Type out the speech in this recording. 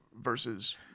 versus